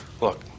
Look